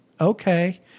okay